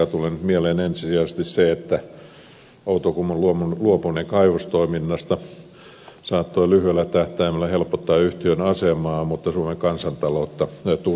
tulee nyt mieleen ensisijaisesti se että outokummun luopuminen kaivostoiminnasta saattoi lyhyellä tähtäimellä helpottaa yhtiön asemaa mutta suomen kansantaloutta tuskin